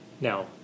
Now